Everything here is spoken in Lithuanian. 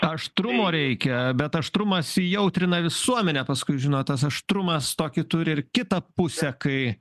aštrumo reikia bet aštrumas įjautrina visuomenę paskui žinot tas aštrumas tokį turi ir kitą pusę kai